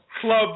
Club